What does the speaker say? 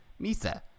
Misa